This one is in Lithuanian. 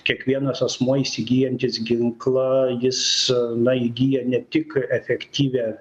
kiekvienas asmuo įsigyjantis ginklą jis na įgyja ne tik efektyvią